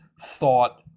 thought